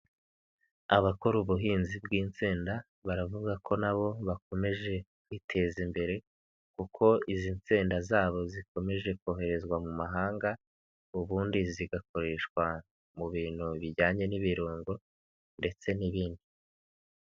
Abakora ubuhinzi bw'insinda baravuga ko na bo bakomeje kwiteza imbere kuko izi nsinda zabo zikomeje koherezwa mu mahanga, ubundi zigakoreshwa mu bintu bijyanye n'ibirungo ndetse n'ibindi.